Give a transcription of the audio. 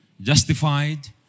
justified